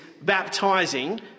baptizing